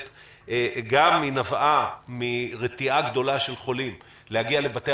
כי היא גם נבעה מרתיעה גדולה של חולים להגיע לבתי